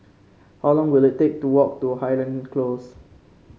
how long will it take to walk to Highland Close